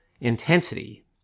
intensity